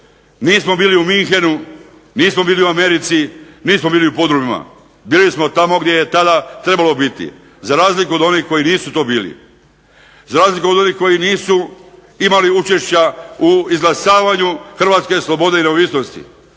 Mi smo bili u Münchenu, mi smo bili u Americi, mi smo bili u podrumima, bili smo tamo gdje je tada trebalo biti za razliku od onih koji nisu to bili, za razliku od onih koji nisu imali učešća u izglasavanju hrvatske slobode i neovisnosti,